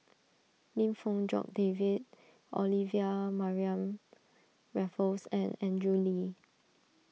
Lim Fong Jock David Olivia Mariamne Raffles and Andrew Lee